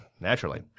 Naturally